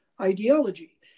ideology